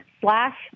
slash